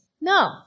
No